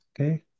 Okay